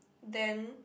then